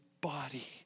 body